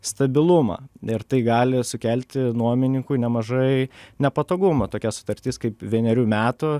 stabilumą ir tai gali sukelti nuomininkui nemažai nepatogumo tokia sutartis kaip vienerių metų